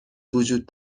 وجود